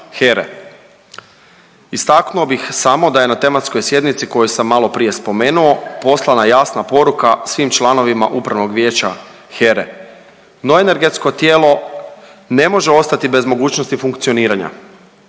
Istaknuo bih samo da je na tematskoj sjednici koju sam maloprije spomenuo poslana jasna poruka svim članovima Upravnog vijeća HERA-e, no energetsko tijelo ne može ostati bez mogućnosti funkcioniranja.